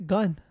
Gun